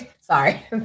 Sorry